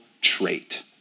trait